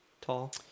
tall